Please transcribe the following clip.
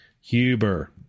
Huber